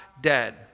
dead